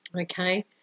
Okay